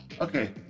Okay